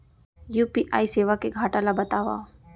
UPI सेवा के घाटा ल बतावव?